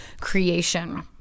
creation